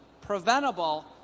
preventable